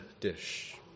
dish